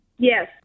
Yes